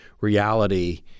reality